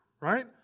Right